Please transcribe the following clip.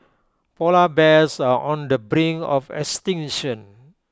Polar Bears are on the brink of extinction